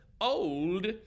old